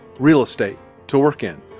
real estate to work in.